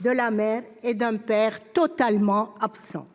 de la mère et d'un père totalement absent ».